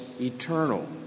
eternal